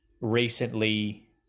recently